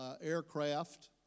aircraft